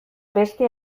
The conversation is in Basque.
beste